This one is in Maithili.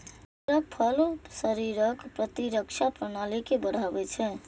बेरक फल शरीरक प्रतिरक्षा प्रणाली के बढ़ाबै छै